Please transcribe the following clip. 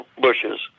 bushes